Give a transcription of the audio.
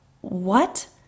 What